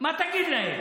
מה תגיד להם?